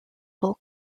full